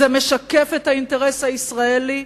זה משקף את האינטרס הישראלי,